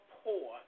poor